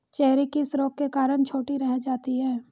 Cherry किस रोग के कारण छोटी रह जाती है?